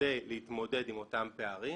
בכדי להתמודד עם אותם פערים.